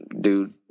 dude